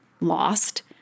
lost